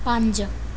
ਪੰਜ